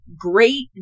Great